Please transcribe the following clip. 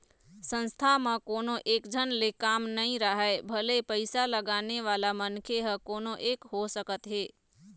संस्था म कोनो एकझन ले काम नइ राहय भले पइसा लगाने वाला मनखे ह कोनो एक हो सकत हे